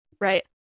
right